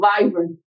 vibrant